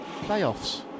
playoffs